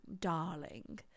darling